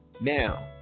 Now